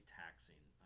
taxing